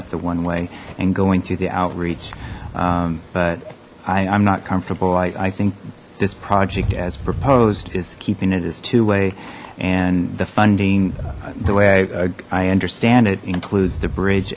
at the one way and going through the outreach but i'm not comfortable i i think this project as proposed is keeping it as two way and the funding the way i understand it includes the bridge